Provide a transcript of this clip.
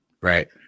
Right